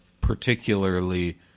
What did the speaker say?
particularly